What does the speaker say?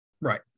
Right